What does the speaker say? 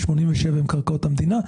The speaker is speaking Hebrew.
87% הן קרקעות מדינה.